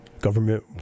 government